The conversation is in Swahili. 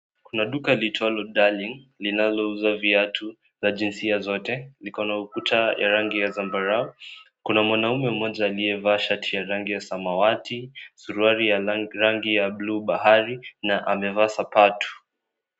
Kuna duka liitwalo DARLING, linalo uza viatu za jinsia zote, na ikona ukuta ya rangi ya zambarao. Kuna mwanaume mmoja aliyevaa shati ya rangi ya samawati, suruali ya rangi ya bluu bahari na amevaa sapatu.